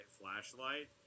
flashlight